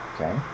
Okay